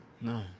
No